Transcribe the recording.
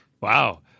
wow